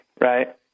right